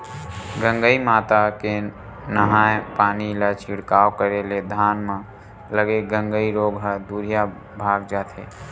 गंगई माता के नंहाय पानी ला छिड़काव करे ले धान म लगे गंगई रोग ह दूरिहा भगा जथे